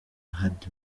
hadi